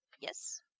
Yes